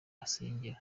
asengera